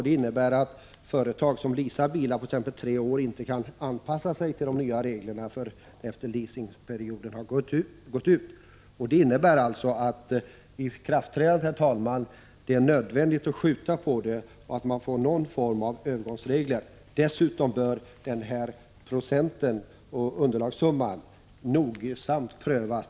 Det innebär att företag som leasar bilar på t.ex. tre år inte kan anpassa sig till de nya reglerna förrän leasingperioden har gått ut. Det betyder alltså, herr talman, att det är nödvändigt att skjuta på ikraftträdandet och likaså att ha någon form av övergångsregler. Dessutom bör procentsatsen och underlagssumman nogsamt prövas.